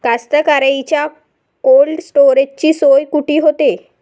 कास्तकाराइच्या कोल्ड स्टोरेजची सोय कुटी होते?